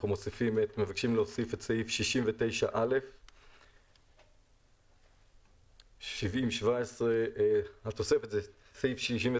אנחנו מבקשים להוסיף את סעיף 69א. התוספת היא 69א,